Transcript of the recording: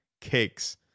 cakes